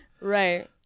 Right